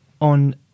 on